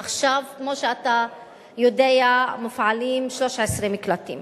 עכשיו, כמו שאתה יודע, מופעלים 13 מקלטים